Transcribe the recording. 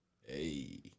Hey